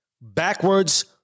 backwards